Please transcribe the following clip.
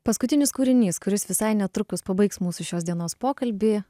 paskutinis kūrinys kuris visai netrukus pabaigs mūsų šios dienos pokalbį